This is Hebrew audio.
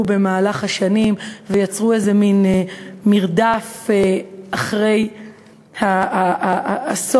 במהלך השנים ויצרו איזה מין מרדף אחרי הסוף,